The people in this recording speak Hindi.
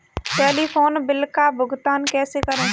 टेलीफोन बिल का भुगतान कैसे करें?